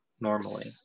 normally